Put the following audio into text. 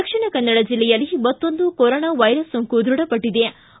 ದಕ್ಷಿಣಕನ್ನಡ ಜೆಲ್ಲೆಯಲ್ಲಿ ಮತ್ತೊಂದು corona virus ಸೋಂಕು ದೃಢಪಟ್ಲದೆ